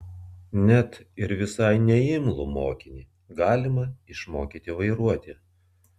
net ir visai neimlų mokinį galima išmokyti vairuoti